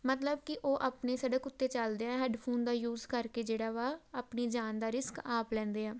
ਮਤਲਬ ਕਿ ਉਹ ਆਪਣੇ ਸੜਕ ਉੱਤੇ ਚੱਲਦਿਆਂ ਹੈੱਡਫੋਨ ਦਾ ਯੂਜ਼ ਕਰਕੇ ਜਿਹੜਾ ਵਾ ਆਪਣੀ ਜਾਨ ਦਾ ਰਿਸਕ ਆਪ ਲੈਂਦੇ ਆ